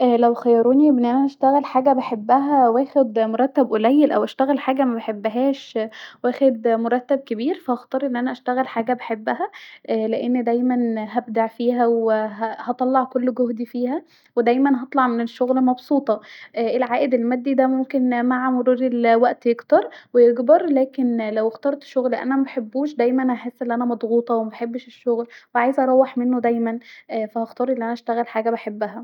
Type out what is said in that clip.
لو خيروني بين انا اشتغل حاجه بحبها واخد مرتب قليل واشغل حاجه مبحبهاش واخد مرتب كبير هختار أن انا اشتغل حاجه بحبها لأن دايما هبدع فيها وه هطلع كل جهدي فيها ودايما هطلع من الشغل مبسوطه العائد المادي ده ممكن مع مرور الوقت يكتر ويكبر لاكن لو اخترت شغل انا مبحبهوش دايما هحس أن انا مضغوطة ومبحبش الشغل وعايزه اروح منه دايما ف هختار أن انا اشتغل حاجه بحبها